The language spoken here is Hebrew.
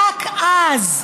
רק אז,